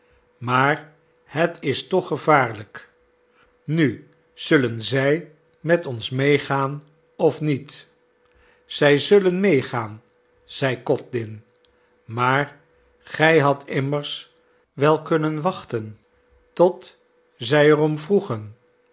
maar het is toch gevaarlijk nu zullen zij met ons medegaan of niet zij zullen medegaan zeide codlin maar gij hadt immers wel kunnen wachten tot zij er om vroegen